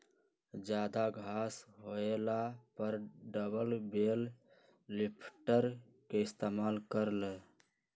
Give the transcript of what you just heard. जादा घास होएला पर डबल बेल लिफ्टर के इस्तेमाल कर ल